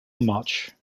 much